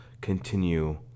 continue